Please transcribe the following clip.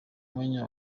mwanya